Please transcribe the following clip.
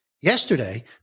Yesterday